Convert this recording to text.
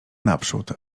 naprzód